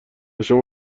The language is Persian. شما